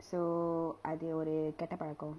so அது ஒரு கெட்ட பழக்கம்:athu oru ketta pazhakam